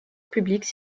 publique